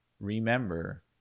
remember